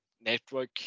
network